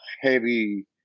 heavy